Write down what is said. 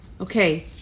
Okay